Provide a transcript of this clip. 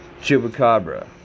Chupacabra